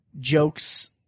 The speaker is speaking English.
jokes